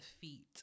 feet